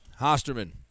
Hosterman